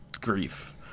grief